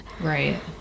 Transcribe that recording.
Right